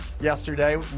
yesterday